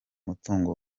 mutungo